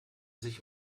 sich